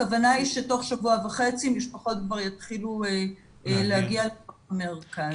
הכוונה היא שתוך שבוע וחצי משפחות כבר יתחילו להגיע למרכז.